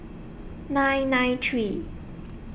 nine nine three